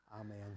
Amen